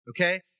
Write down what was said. okay